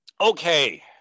Okay